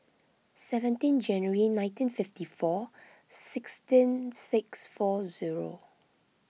seventeen January nineteen fifty four sixteen six four zero